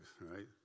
right